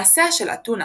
מעשיה של אתונה